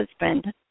husband